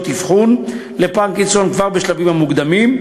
אבחון לפרקינסון כבר בשלבים המוקדמים,